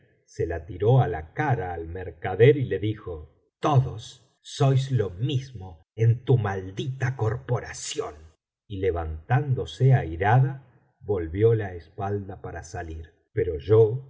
se la tiró á la cara al mercader y le dijo todos sois lo mismo en tu maldita corporación y levantándose airada volvió la espalda para salir pero yo